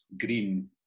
green